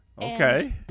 Okay